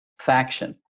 faction